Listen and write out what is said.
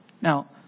Now